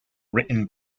written